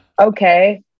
okay